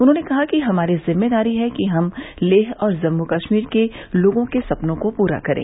उन्होंने कहा कि हमारी जिम्मेदारी है कि हम लेह और जम्मू कश्मीर के लोगों के सपनों को पूरा करें